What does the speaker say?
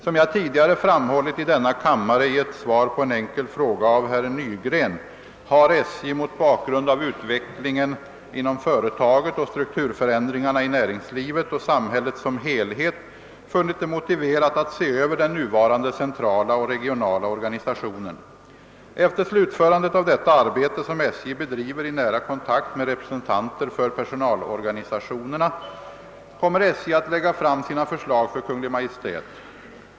Som jag tidigare framhållit i denna kammare i ett svar på en enkel fråga av herr Nygren har SJ — mot bakgrund av utvecklingen inom företaget och strukturförändringarna i näringslivet och samhället som helhet — funnit det motiverat att se över den nuvarande centrala och regionala organisationen. Efter slutförandet av detta arbete, som SJ bedriver i nära kontakt med representanter för personalorganisationerna, kommer SJ att lägga fram sina förslag för Kungl. Maj:t.